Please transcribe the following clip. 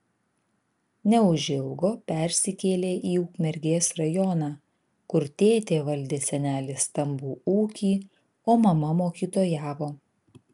neužilgo persikėlė į ukmergės rajoną kur tėtė valdė senelės stambų ūkį o mama mokytojavo